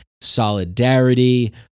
solidarity